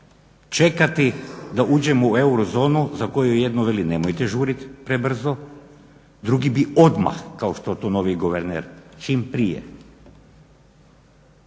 čekati da uđemo u eurozonu za koju jedno veli nemojte žurit prebrzo, drugi bi odmah kao što to novi guverner čim prije.